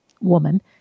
woman